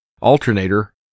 alternator